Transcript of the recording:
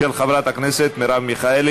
של חברת הכנסת מרב מיכאלי.